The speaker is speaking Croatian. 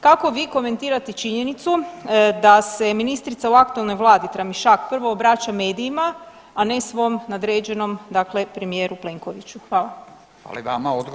Kako vi komentirate činjenicu da se ministrica u aktualnoj vladi Tramišak prvo obraća medijima, a ne svom nadređenom dakle premijeru Plenkoviću?